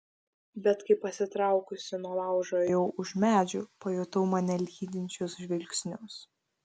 bet kai pasitraukusi nuo laužo ėjau už medžių pajutau mane lydinčius žvilgsnius